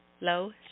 low